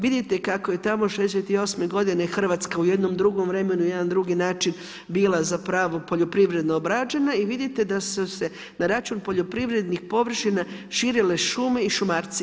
Vidite kako je tamo '68. godine Hrvatska u jednom drugom vremenu i na jedan drugi način bila zapravo poljoprivredno obrađena i vidite da su se na račun poljoprivrednih površina širile šume i šumarci.